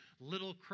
little